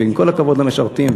ועם כל הכבוד למשרתים,